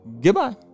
Goodbye